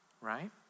right